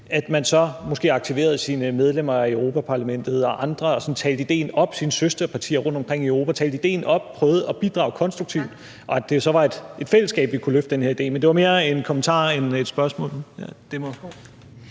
Østrig, så måske aktiverede sine medlemmer af Europa-Parlamentet og søsterpartierne rundtomkring i Europa og talte idéen op og prøvede at bidrage konstruktivt, så det var i fællesskab, vi kunne løfte den her idé. Men det var mere en kommentar end et spørgsmål.